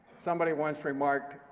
somebody once remarked,